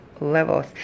levels